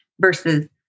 versus